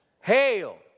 Hail